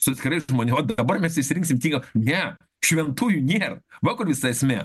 su atskirais žmoniuo dabar mes išsirinksim tik gal ne šventųjų nėr va kur visa esmė